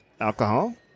alcohol